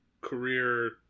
career